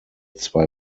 zwei